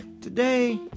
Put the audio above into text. Today